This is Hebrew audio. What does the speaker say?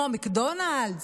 כמו מקדונלד'ס,